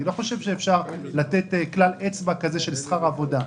אני לא חושב שאפשר לתת כלל אצבע כזה של שכר עבודה.